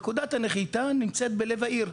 נקודת הנחיתה נמצאת בלב העיר,